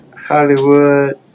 Hollywood